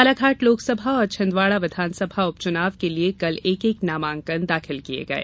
बालाघाट लोकसभा और छिन्दवाड़ा विधानसभा उप चुनाव के लिये कल एक एक नामांकन दाखिल किए गए